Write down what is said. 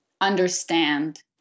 understand